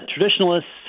Traditionalists